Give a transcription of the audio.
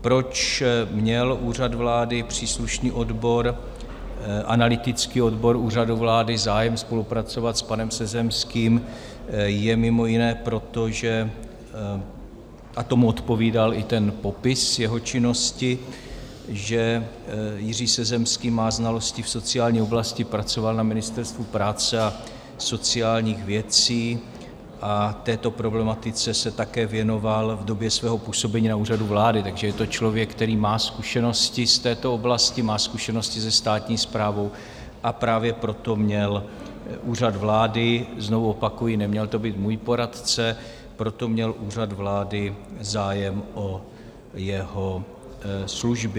Proč měl Úřad vlády, příslušný odbor, analytický odbor Úřadu vlády zájem spolupracovat s panem Sezemským, je mimo jiné proto, a tomu odpovídal i ten popis jeho činnosti, že Jiří Sezemský má znalosti v sociální oblasti, pracoval na Ministerstvu práce a sociálních věcí a této problematice se také věnoval v době svého působení na Úřadu vlády, takže je to člověk, který má zkušenosti z této oblasti, má zkušenosti se státní správou, a právě proto měl Úřad vlády znovu opakuji, neměl to být můj poradce proto měl Úřad vlády zájem o jeho služby.